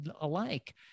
alike